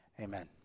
Amen